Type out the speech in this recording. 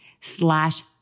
slash